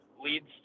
leads